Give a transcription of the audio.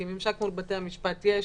כי ממשק מול בתי המשפט יש,